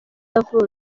yavutse